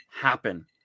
happen